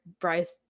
bryce